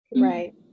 Right